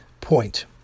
point